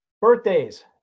Birthdays